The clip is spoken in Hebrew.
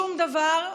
שום דבר,